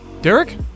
Derek